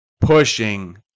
pushing